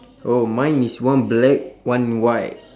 oh mine is one black one white